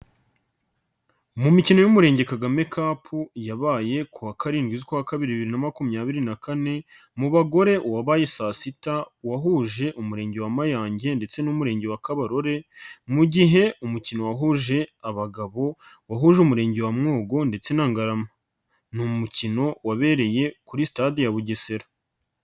Mu mikino y'Umurenge Kagame kapu yabaye kuwa karindwi z'ukwa kabiri bibiri na makumyabiri na kane, mu bagore uwabaye saa sita wahuje Umurenge wa Mayange ndetse n'Umurenge wa Kabarore, mu gihe umukino wahuje abagabo wahuje Umurenge wa Mwogo ndetse na Ngarama. Ni umukino wabereye kuri sitade ya Bugesera.